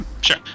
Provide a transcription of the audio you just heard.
Sure